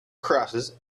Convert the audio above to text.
crosses